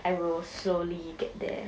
I will slowly get there